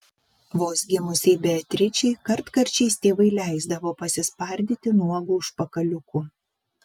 vos gimusiai beatričei kartkarčiais tėvai leisdavo pasispardyti nuogu užpakaliuku